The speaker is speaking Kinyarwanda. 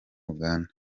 uganda